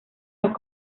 los